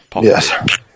Yes